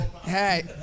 Hey